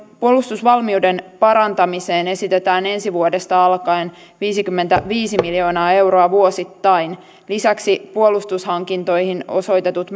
puolustusvalmiuden parantamiseen esitetään ensi vuodesta alkaen viisikymmentäviisi miljoonaa euroa vuosittain lisäksi puolustushankintoihin osoitetut